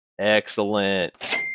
excellent